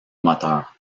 moteurs